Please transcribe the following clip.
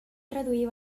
traduir